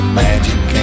magic